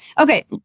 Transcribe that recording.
Okay